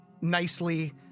nicely